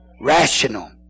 Rational